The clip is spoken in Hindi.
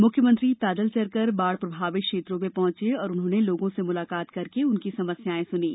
मुख्यमंत्री पैदल चलकर बाढ़ प्रभावित क्षेत्रों में पहुंचे और उन्होंने लोगों से मुलाकात करके उनकी समस्याएं सुनीं